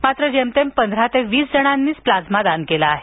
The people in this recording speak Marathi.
मात्र जेमतेम पंधरा ते वीस जणांनीच प्लाझ्मा दान केला आहे